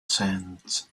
sands